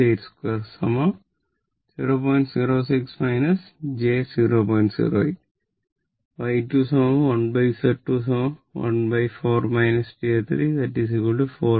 08 Y2 1Z2 1 0